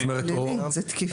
זה פלילי, זה תקיפה.